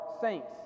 saints